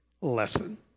lesson